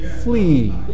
flee